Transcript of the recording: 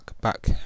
back